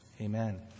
Amen